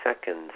seconds